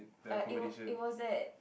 uh it it was at